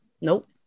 Nope